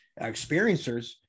experiencers